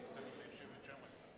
אדוני היושב-ראש,